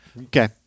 okay